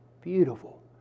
beautiful